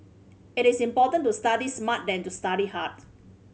it is important to study smart than to study hard